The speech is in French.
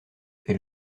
est